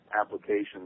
applications